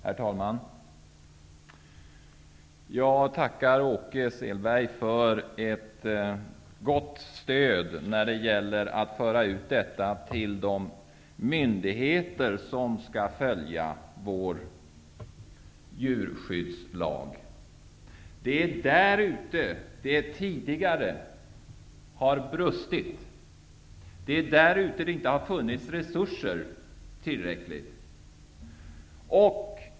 Herr talman! Jag tackar Åke Selberg för ett gott stöd i att föra ut detta budskap till de myndigheter som skall följa vår djurskyddslag. Det är där det tidigare har brustit. Det är där det inte har funnits tillräckliga resurser.